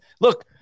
look